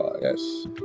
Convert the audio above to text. Yes